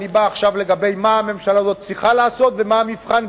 אני בא עכשיו לגבי מה הממשלה הזאת צריכה לעשות ומה המבחן,